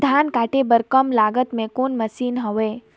धान काटे बर कम लागत मे कौन मशीन हवय?